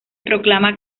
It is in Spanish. proclama